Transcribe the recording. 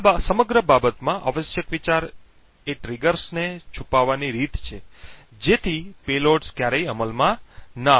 આ સમગ્ર બાબતમાં આવશ્યક વિચાર એ ટ્રિગર્સને છુપાવવાની રીત છે જેથી પેલોડ્સ ક્યારેય અમલમાં ન આવે